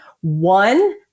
one